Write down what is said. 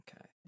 Okay